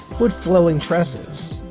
with flowing tresses.